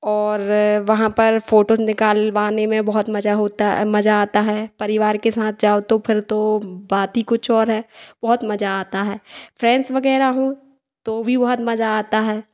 और वहाँ पर फ़ोटो निकालवाने में बहुत मज़ा होता है मज़ा आता है परिवार के साथ जाओ तो फिर तो बात ही कुछ और है बहुत मज़ा आता है फ्रेंड्स वगैरह हों तो भी बहुत मज़ा आता है